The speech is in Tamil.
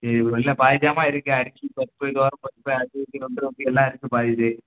இ இல்லை பாதி ஜாமான் இருக்குது அரிசி பருப்பு துவரம் பருப்பு அது இது லொட்டு லொஸுக்கு எல்லாம் இருக்குது பாதி இது